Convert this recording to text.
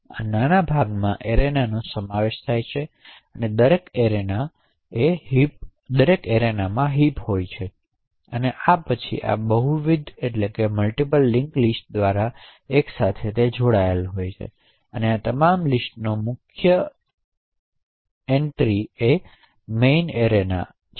આ નાના ભાગોમાં એરેનાનો સમાવેશ થાય છે અને દરેક એરેનામાં હિપ હોય છે અને આ બધા પછી બહુવિધ લિન્ક લિસ્ટ દ્વારા એક સાથે જોડાયેલા હોય છે હવે આ તમામ લિસ્ટનો મુખ્ય મુખ્ય એરેના છે